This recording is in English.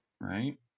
Right